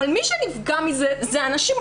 אבל מי שנפגע מזה זה הנשים,